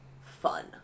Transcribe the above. fun